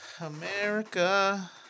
America